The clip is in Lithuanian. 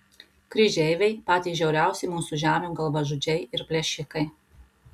kryžeiviai patys žiauriausi mūsų žemių galvažudžiai ir plėšikai